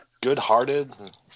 good-hearted